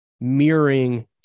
mirroring